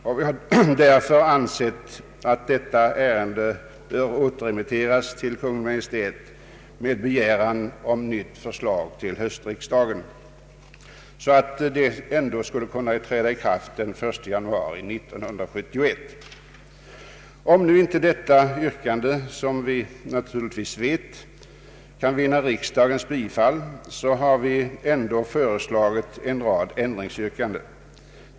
Enligt vår uppfattning bör därför detta ärende återremitteras till Kungl. Maj:t med begäran om ett nytt förslag till höstriksdagen, varvid möjligheter finns att det nya systemet ändå kan träda i kraft den 1 januari 1971. Om nu inte detta yrkande — vilket vi naturligtvis tror oss veta — kan vinna riksdagens bifall, har vi dessutom föreslagit en rad ändringar.